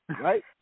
right